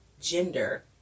gender